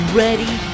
ready